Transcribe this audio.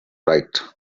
right